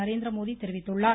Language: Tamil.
நரேந்திரமோடி தெரிவித்துள்ளார்